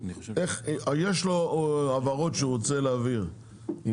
יש לו הבהרות שהוא רוצה להבהיר,